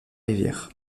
rivière